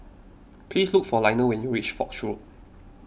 please look for Lionel when you reach Foch Road